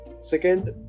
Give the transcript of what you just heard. Second